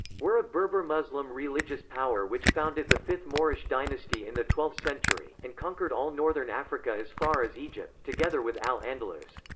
were a berber muslim religious power which founded the fifth moorish dynasty in the twelfth century, and conquered all northern africa as far as egypt, together with al-andalus.